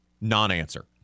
non-answer